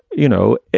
you know,